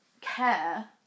care